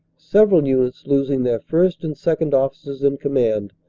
several units losing their first and second officers in command,